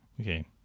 Okay